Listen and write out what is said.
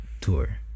tour